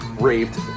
raped